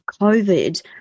COVID